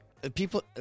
People